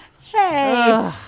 Hey